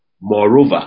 Moreover